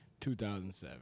2007